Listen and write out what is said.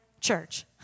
church